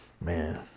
man